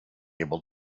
able